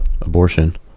abortion